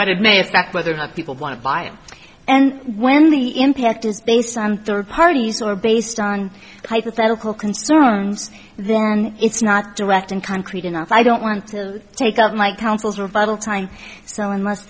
but it may affect whether or not people want to buy it and when the impact is based on third parties or based on hypothetical concerns then it's not direct and concrete enough i don't want to take up my council's rebuttal time so unless